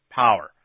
power